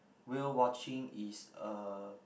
whale watching is a